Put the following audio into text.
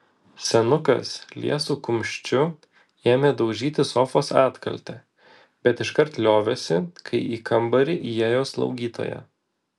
senukas liesu kumščiu ėmė daužyti sofos atkaltę bet iškart liovėsi kai į kambarį įėjo slaugytoja